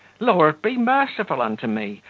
lord be merciful unto me!